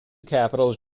capitals